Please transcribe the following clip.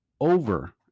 over